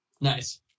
Nice